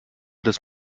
das